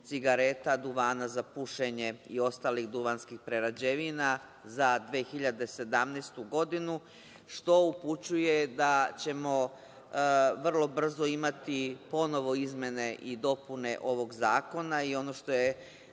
cigareta, duvana za pušenje, i ostalih duvanskih prerađevina za 2017. godinu, što upućuje da ćemo vrlo brzo imati ponovo izmene i dopune ovog zakona. Ono što je